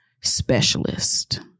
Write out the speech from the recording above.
specialist